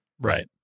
Right